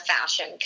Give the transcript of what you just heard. fashion